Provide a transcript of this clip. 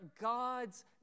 God's